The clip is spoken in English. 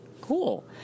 cool